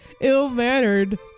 ill-mannered